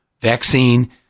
vaccine